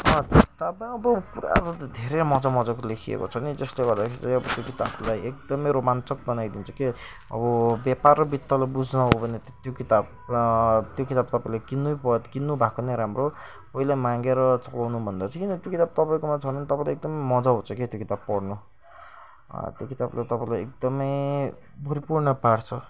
अँ त्यो किताब अब पुरा धेरै मज्जा मज्जाको लेखिएको छ नि त्यसले गर्दाखेरि अब त्यो किताबलाई एकदमै रोमान्चक बनाइदिन्छ के अब ब्यापार बेत्तल बुझ्न हो भने त्यो किताब त्यो किताब तपाईँले किन्नैपर्छ किन्नु भएको नै राम्रो कोहीलाई मागेर पढनुभन्दा चाहिँ किन त्यो किताब तपाईँकोमा छ भने तपाईँलाई एकदम मज्जा आउँछ क्या त्यो किताब पढ्नु त्यो किताबले तपाईँलाई एकदमै भरिपूर्ण पार्छ